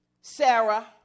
Sarah